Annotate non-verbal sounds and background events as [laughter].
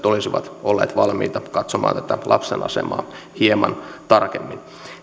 [unintelligible] olisivat olleet valmiita katsomaan tätä lapsen asemaa hieman tarkemmin